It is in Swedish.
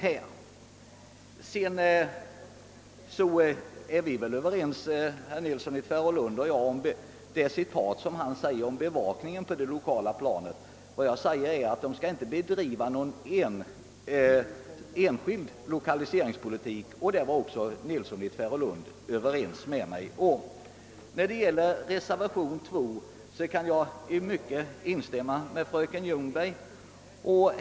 Herr Nilsson i Tvärålund och jag är säkerligen överens när det gäller frågan om bevakningen på det lokala planet och det citat som han anförde ur förra årets statsverksproposition. Vad jag framhållit är att företagareföreningarna inte bör bedriva någon enskild lokaliseringspolitik, och på den punkten var herr Nilsson i Tvärålund överens med mig. Vad beträffar reservationen 2 kan jag i mycket instämma i vad fröken Ljungberg sade.